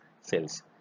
cells